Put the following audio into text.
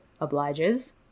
obliges